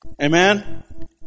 Amen